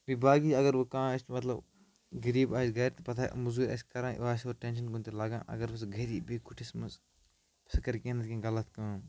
بیٚیہِ باقٕے اگرٕ وٕ کانٛہہ آسہِ مطلب غریٖب آسہِ گَرِ تہٕ پَتہٕ موزوٗرۍ آسہِ کَران یہِ آسہِ ہورٕ ٹینشن کُنہِ تہِ لَگان اَگر وٕ سُہ گرِ بِہِتھ کُٹھِس منٛز سُہ کَرِ کیٚنہہ نَتہٕ کیٚنہہ غلط کٲم